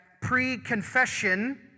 pre-confession